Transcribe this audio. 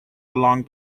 along